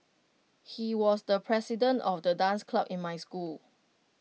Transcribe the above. he was the president of the dance club in my school